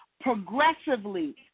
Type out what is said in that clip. Progressively